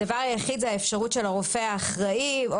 הדבר היחיד זה האפשרות של הרופא האחראי או